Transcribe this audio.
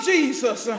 Jesus